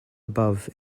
above